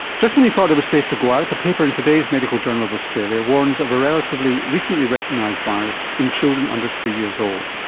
just when you thought it was safe to go out, a paper in today's medical journal of australia warns of a relatively recently recognised virus in children under three years old.